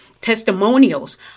testimonials